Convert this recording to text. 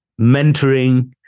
mentoring